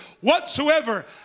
whatsoever